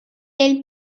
del